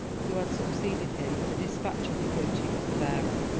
who had succeeded him, the despatches of which he was the bearer.